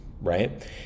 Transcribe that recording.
right